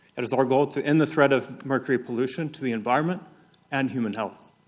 it is our goal to end the threat of mercury pollution to the environment and human health.